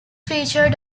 featured